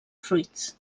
fruits